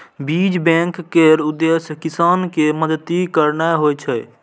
बीज बैंक केर उद्देश्य किसान कें मदति करनाइ होइ छै